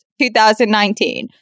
2019